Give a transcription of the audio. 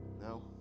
No